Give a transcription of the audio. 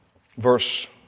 verse